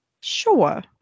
Sure